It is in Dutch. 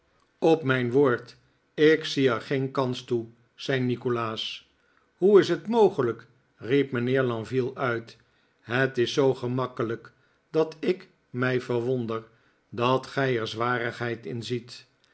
op mijn woord ik zie er geen kans toe zei nikolaas hoe is het mogelijk riep mijnheer lenville uit het is zoo gemakkelijk dat ik mij verwonder dat gij er zwarigheid in ziet